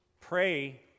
Pray